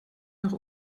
noch